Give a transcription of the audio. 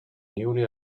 newly